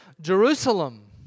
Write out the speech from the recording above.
Jerusalem